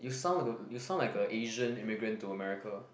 you sound like a you sound like a Asian immigrant to America